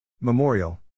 Memorial